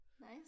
nice